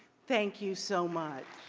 thank you so much.